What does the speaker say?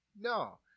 no